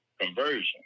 conversion